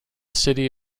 city